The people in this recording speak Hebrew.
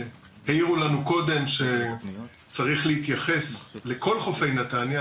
העירו לנו קודם שצריך להתייחס לכל חופי נתניה,